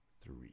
three